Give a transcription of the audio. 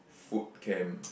food camp